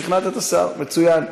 שכנעת את השר, מצוין.